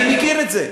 אני מכיר את זה.